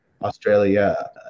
Australia